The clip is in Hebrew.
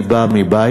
אני בא מבית,